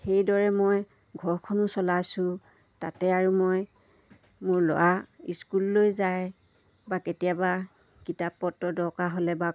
সেইদৰে মই ঘৰখনো চলাইছোঁ তাতে আৰু মই মোৰ ল'ৰা স্কুললৈ যায় বা কেতিয়াবা কিতাপ পত্ৰ দৰকাৰ হ'লে বা